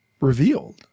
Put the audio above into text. revealed